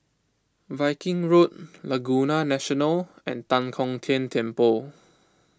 Viking Road Laguna National and Tan Kong Tian Temple